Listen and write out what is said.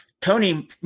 Tony